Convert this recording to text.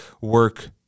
work